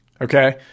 Okay